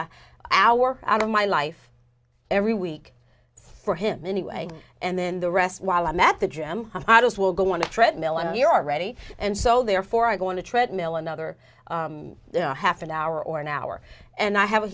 an hour out of my life every week for him anyway and then the rest while i'm at the gym i just will go on the treadmill and you're already and so therefore i'm going to treadmill another half an hour or an hour and i have a